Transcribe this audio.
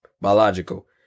biological